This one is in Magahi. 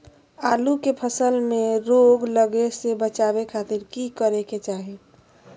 आलू के फसल में रोग लगे से बचावे खातिर की करे के चाही?